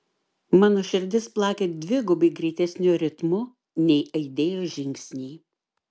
mano širdis plakė dvigubai greitesniu ritmu nei aidėjo žingsniai